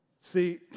See